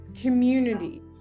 community